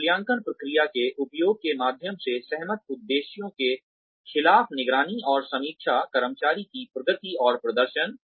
एक मूल्यांकन प्रक्रिया के उपयोग के माध्यम से सहमत उद्देश्यों के खिलाफ निगरानी और समीक्षा कर्मचारी की प्रगति और प्रदर्शन